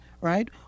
right